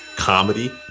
comedy